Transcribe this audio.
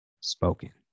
spoken